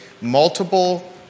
multiple